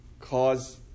cause